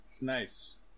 nice